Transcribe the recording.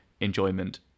enjoyment